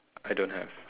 I don't have